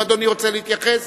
אם אדוני רוצה להתייחס,